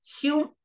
human